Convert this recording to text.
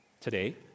Today